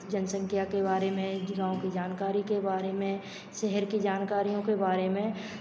जनसंख्या के बारे में गाँव की जानकारी के बारे में शहर की जानकारियों के बारे में